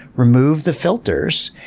remove the filters,